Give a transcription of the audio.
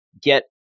get